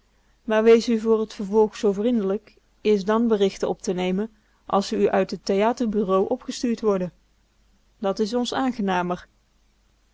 maar wees u voor t vervolg zoo vriendelijk eerst dan berichten op te nemen als ze u uit t theaterbureau opgestuurd worden dat is ons aangenamer